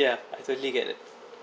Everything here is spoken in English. ya I totally get it